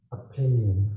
opinion